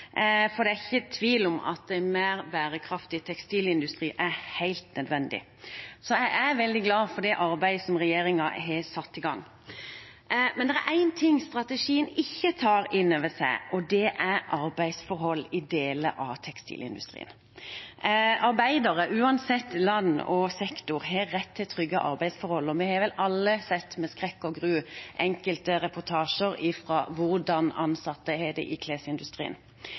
Det er ikke tvil om at en mer bærekraftig tekstilindustri er helt nødvendig, så jeg er veldig glad for det arbeidet regjeringen har satt i gang. Det er én ting strategien ikke tar innover seg, og det er arbeidsforhold i deler av tekstilindustrien. Arbeidere, uansett land og sektor, har rett til trygge arbeidsforhold. Vi har vel alle sett med skrekk og gru enkelte reportasjer om hvordan ansatte har det i klesindustrien.